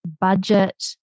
budget